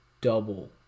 double